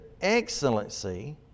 excellency